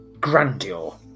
grandeur